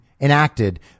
enacted